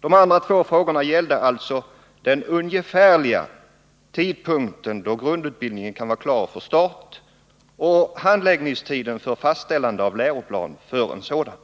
De två andra frågorna gäller alltså den ungefärliga tidpunkten för när grundutbildningen kan komma i gång samt handläggningstiden för fastställandet av en sådan läroplan.